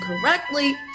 correctly